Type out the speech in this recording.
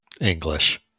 English